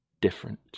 different